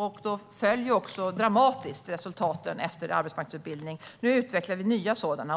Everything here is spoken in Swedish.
och då föll resultaten dramatiskt. Nu utvecklar vi nya krav.